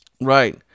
Right